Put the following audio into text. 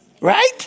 Right